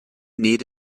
need